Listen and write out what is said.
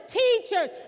teachers